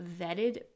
vetted